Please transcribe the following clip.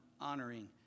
honoring